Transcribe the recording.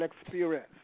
experience